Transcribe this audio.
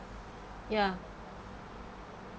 ya